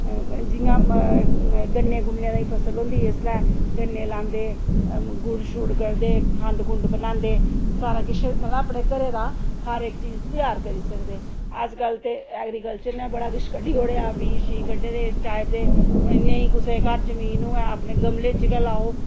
जियां गन्ने गुन्ने दी फसल होंदी इसलै गन्ने लांदे गुड़ शुड़ कड्ढदे खंड खुंड बनांदे सारा किश मतलब अपने घरै दा हर एक चीज त्यार करी सकदे अज्जकल ते ऐग्रिकल्चर ने बड़ा किश कड्डी उड़ेआ बीऽ शीऽ कड्डे दे इस टाइप दे नेईं कुसै दे घर जमीन होऐ अपने गमले च गै लाओ